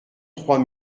trois